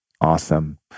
awesome